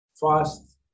fast